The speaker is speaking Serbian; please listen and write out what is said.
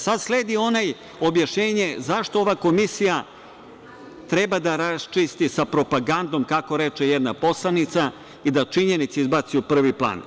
Sada sledi objašnjenje zašto ova komisija treba da raščisti sa propagandom, kako reče jedna poslanica, i da činjenice izbaci u prvi plan.